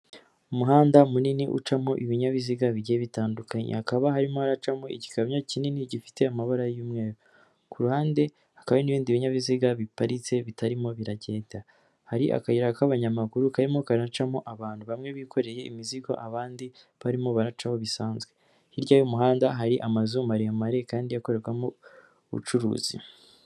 Umuhanda munini ucamo ibinyabiziga bigiye bitandukanye, hakaba harimo haracamo igikamyo kinini gifite amabara y'umweru, ku ruhande hakaba n'ibindi binyabiziga biparitse bitarimo biragenda, hari akayira k'abanyamaguru karimo karacamo abantu bamwe bikoreye imizigo, abandi barimo baracaho bisanzwe, hirya y'umuhanda hari amazu maremare kandi akorerwamo ubucuruzi.